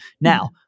Now